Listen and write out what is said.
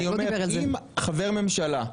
אני אומר אם חבר ממשלה,